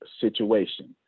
situation